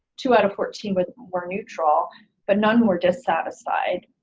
two out of fourteen were more neutral but none were dissatisfied.